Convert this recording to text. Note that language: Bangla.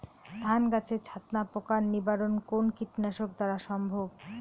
ধান গাছের ছাতনা পোকার নিবারণ কোন কীটনাশক দ্বারা সম্ভব?